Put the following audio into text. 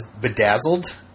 Bedazzled